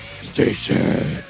Station